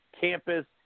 campus